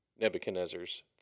Nebuchadnezzar's